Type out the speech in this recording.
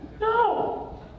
no